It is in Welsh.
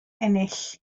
ennill